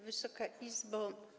Wysoka Izbo!